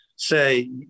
say